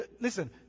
Listen